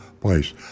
place